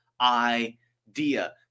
idea